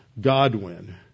Godwin